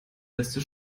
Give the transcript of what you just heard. letzte